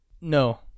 No